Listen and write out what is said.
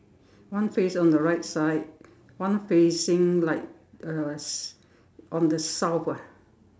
one face on the right side one facing like uh on the South ah